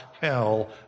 hell